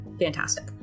fantastic